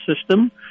system